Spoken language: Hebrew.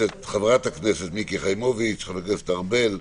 חברת הכנסת מיקי חיימוביץ', חבר הכנסת ארבל,